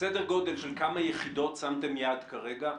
סדר גודל של כמה יחידות שמתם יד כרגע?